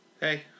Hey